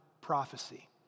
prophecy